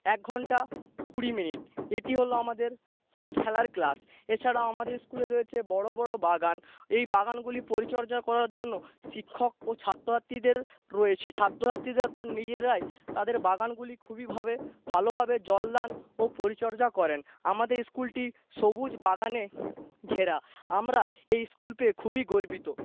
এক ঘন্টা কুড়ি মিনিট এটি হল আমাদের খেলার ক্লাস এছাড়াও আমাদের স্কুলে রয়েছে বড় বড় বাগান এই বাগানগুলি পরিচর্যা করার জন্য শিক্ষক ও ছাত্র ছাত্রীদের রয়েছে ছাত্র ছাত্রীরা তারা নিজেরাই তাদের বাগানগুলি খুবইভাবে ভালোভাবে জল দান ও পরিচর্যা করেন আমাদের স্কুলটি সবুজ বাগানে ঘেরা আমরা এই স্কুল পেয়ে খুবই গর্বিত